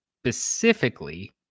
specifically